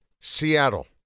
Seattle